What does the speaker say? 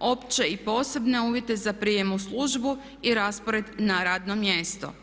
opće i posebne uvjete za prijem u službu i raspored na javno mjesto.